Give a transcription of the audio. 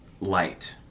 light